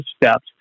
steps